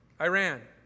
Iran